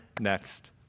next